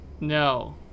No